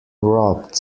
robbed